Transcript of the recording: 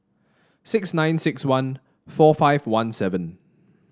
six nine six one four five one seven